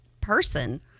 person